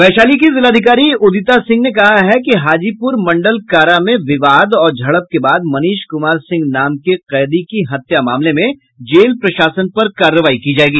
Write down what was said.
वैशाली की जिलाधिकारी उदिता सिंह ने कहा है कि हाजीपुर मंडल कारा में विवाद और झड़प के बाद मनीष कुमार सिंह नाम की कैदी की हत्या मामले में जेल प्रशासन पर कार्यवाई की जायेगी